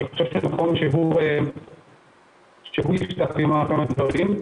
אני חושב שנכון שהוא יפתח בכמה דברים.